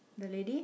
the lady